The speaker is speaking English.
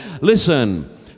Listen